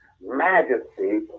majesty